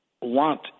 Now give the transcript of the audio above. want